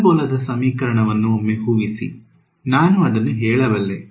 ಪ್ಯಾರಾಬೋಲಾದ ಸಮೀಕರಣವನ್ನು ಒಮ್ಮೆ ಊಹಿಸಿ ನಾನು ಅದನ್ನು ಹೇಳಬಲ್ಲೆ